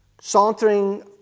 sauntering